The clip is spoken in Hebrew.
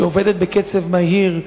שהיא עובדת בקצב מהיר,